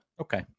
Okay